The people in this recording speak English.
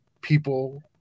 people